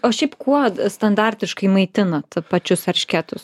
o šiaip kuo standartiškai maitinat pačius eršketus